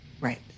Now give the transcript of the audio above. right